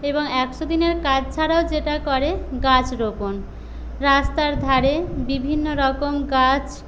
এবং একশো দিনের কাজ ছাড়াও যেটা করে গাছ রোপণ রাস্তার ধারে বিভিন্নরকম গাছ